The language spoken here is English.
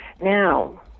Now